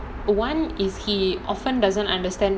one is he often doesn't understand